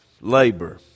labor